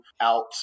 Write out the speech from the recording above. out